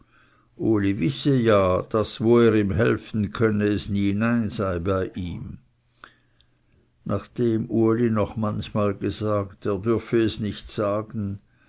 uli wisse ja daß wo er ihm helfen könne es nie nein sei bei ihm nachdem uli noch manchmal gesagt er dürfe es nicht sagen